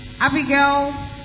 Abigail